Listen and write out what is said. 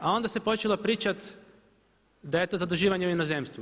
A onda se počelo pričat da je to zaduživanje u inozemstvu.